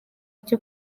cyo